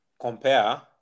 compare